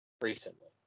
recently